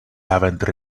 haven’t